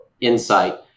insight